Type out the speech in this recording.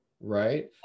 Right